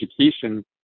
education